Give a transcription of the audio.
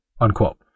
unquote